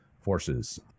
forces